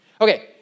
Okay